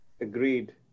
Agreed